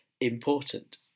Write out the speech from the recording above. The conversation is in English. important